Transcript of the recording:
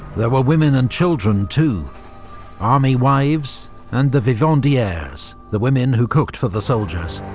there were women and children too army wives and the vivandieres, the women who cooked for the soldiers,